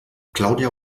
claudia